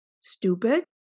stupid